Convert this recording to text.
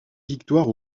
victoires